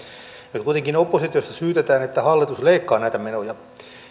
nyt kuitenkin oppositiosta syytetään että hallitus leikkaa näitä menoja